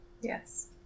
Yes